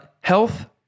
Health